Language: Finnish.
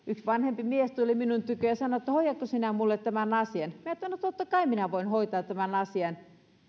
vanhempi mies tuli minun tyköni ja sanoi että hoidatko sinä minulle tämän asian minä sanoin että no totta kai minä voin hoitaa tämän asian